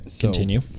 Continue